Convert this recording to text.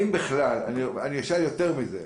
אני אשאל יותר מזה.